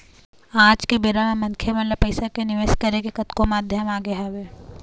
आज के बेरा म मनखे मन ल पइसा के निवेश करे के कतको माध्यम आगे हवय